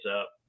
up